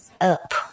up